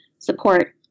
support